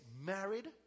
married